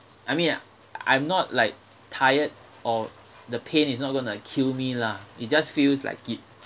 I mean I'm not like tired or the pain is not going to kill me lah it just feels like it